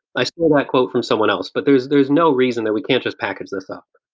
i stole that quote from someone else, but there's there's no reason that we can't just package this up.